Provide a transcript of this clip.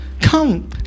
Come